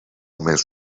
més